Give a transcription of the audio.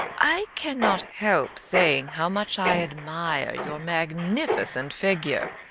i cannot help saying how much i admire your magnificent figure.